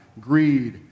greed